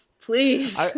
Please